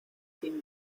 been